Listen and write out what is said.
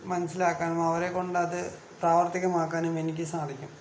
മനസ്സിലാക്കാനും അവരെ കൊണ്ടത് പ്രാവർത്തികമാക്കാനും എനിക്ക് സാധിക്കും